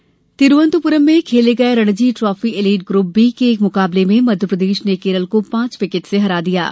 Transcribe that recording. Ranji trophy Thiruvananthapuram में खेले गये Ranji trophy elite group B के एक मुकाबले में मध्यप्रदेश ने केरल को पांच विकेट से हरा दिया है